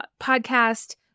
podcast